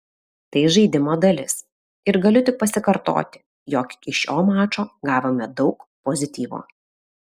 tai žaidimo dalis ir galiu tik pasikartoti jog iš šio mačo gavome daug pozityvo